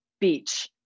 Beach